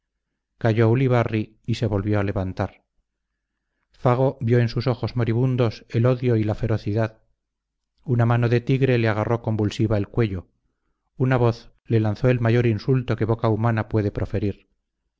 cayó ulibarri y se volvió a levantar fago vio en sus ojos moribundos el odio y la ferocidad una mano de tigre le agarró convulsiva el cuello una voz le lanzó el mayor insulto que boca humana puede proferir